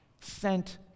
Sent